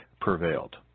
prevailed